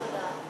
תודה.